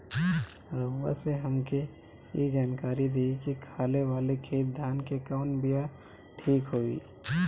रउआ से हमके ई जानकारी देई की खाले वाले खेत धान के कवन बीया ठीक होई?